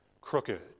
crooked